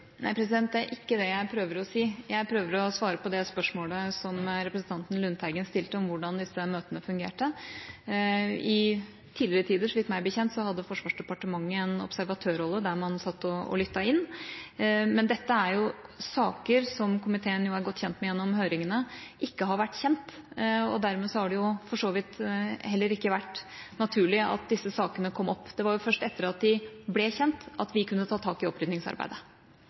Jeg prøver å svare på det spørsmålet som representanten Lundteigen stilte om hvordan disse møtene fungerte. Meg bekjent hadde Forsvarsdepartementet i tidligere tider en observatørrolle der man satt og lyttet inn, men dette er saker som – som komiteen er godt kjent med gjennom høringene – ikke har vært kjent. Dermed har det for så vidt heller ikke vært naturlig at disse sakene kom opp. Det var først etter at de ble kjent, at vi kunne ta tak i opprydningsarbeidet.